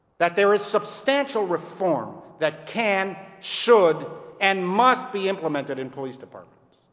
that there is substantial reform that can, should, and must be implemented in police departments.